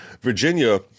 Virginia